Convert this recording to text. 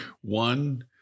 One